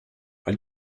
weil